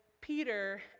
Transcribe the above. Peter